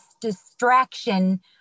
distraction